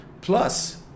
Plus